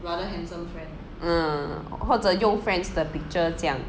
mm mm